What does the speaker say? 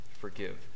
forgive